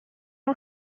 اون